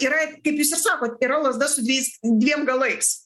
yra kaip jūs ir sakot yra lazda su dvejais dviem galais